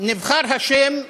נבחר השם,